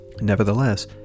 Nevertheless